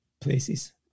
places